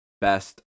best